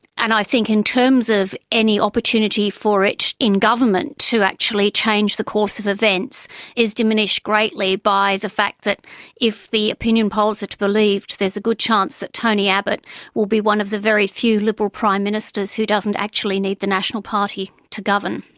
and i think in terms of any opportunity for it in government to actually change the course of events is diminished greatly by the fact that if the opinion polls are to be believed there is a good chance that tony abbott will be one of the very few liberal prime ministers who doesn't actually need the national party to govern.